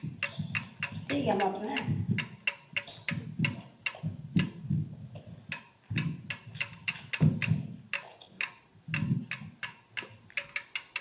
ᱴᱷᱤᱠᱜᱮᱭᱟ ᱢᱟ ᱛᱚᱵᱮ ᱦᱮᱸ